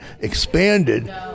expanded